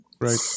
Right